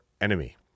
enemy